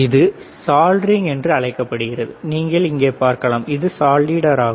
இது சாலிடரிங் என்று அழைக்கப்படுகிறது நீங்கள் இங்கே பார்க்கலாம் இது சாலிடர் ஆகும்